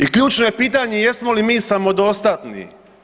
I ključno je pitanje jesmo li mi samodostatni?